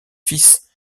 fils